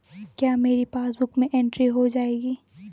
क्या मेरी पासबुक में एंट्री हो जाएगी?